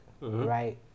right